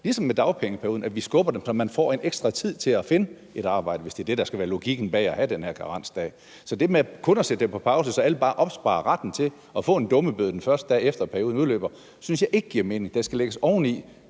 ligesom med dagpengeperioden, altså at vi skubber det, så man får ekstra tid til at finde et arbejde, hvis det er det, der skal være logikken bag at have den her karensdag. Så det med kun at sætte det på pause, så alle bare opsparer retten til at få en dummebøde, den første dag efter perioden udløber, synes jeg ikke giver mening; det skal lægges oveni,